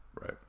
Right